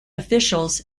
officials